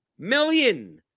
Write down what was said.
Million